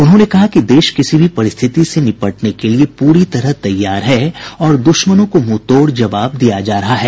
उन्होंने कहा कि देश किसी भी परिस्थिति से निपटने के लिये पूरी तरह तैयार है और दुश्मनों को मुंहतोड़ जवाब दिया जा रहा है